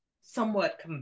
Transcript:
somewhat